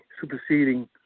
superseding